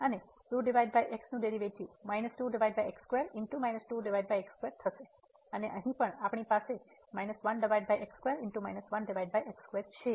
અને 2 x નું derivative થશે અને અહીં પણ આપણી પાસે છે